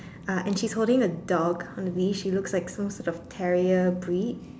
uh and she's holding a dog on a leash she looks like some sort of terrier breed